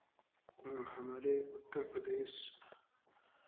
हमारे उत्तर प्रदेश